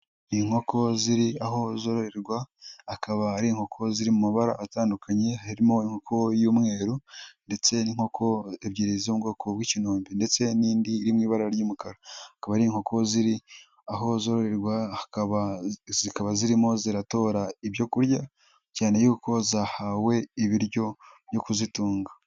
Ni inkoko ziri aho zororerwa, akaba ari inkoko ziri mu mabara atandukanye harimo inkoko y'umweru ndetse n'inkoko ebyiri z'ubwoko bw'ikinombe ndetse n'indi iri mu ibara ry'umukara. Akaba ari inkoko ziri aho zororerwa zikaba zirimo ziratora ibyo kurya, cyane yuko zahawe ibiryo byo kuzitunga.